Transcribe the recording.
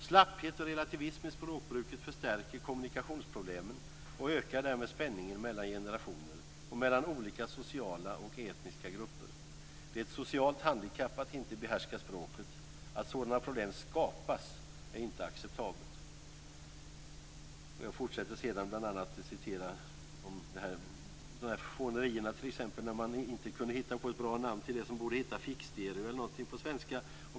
Slapphet och relativism i språkbruket förstärker kommunikationsproblemen och ökar därmed spänningen mellan generationer och mellan olika sociala och etniska grupper. Det är ett socialt handikapp att inte behärska språket. Att sådana problem skapas är inte acceptabelt. Jag fortsätter sedan med att tala om de här fånerierna, t.ex. när man inte kunde hitta på ett bra namn på det som borde heta fickstereo eller något på svenska.